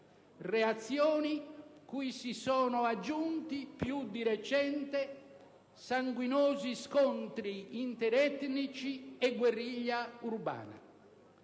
reazioni cui si sono aggiunti, più di recente, sanguinosi scontri interetnici e guerriglia urbana.